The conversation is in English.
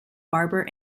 barber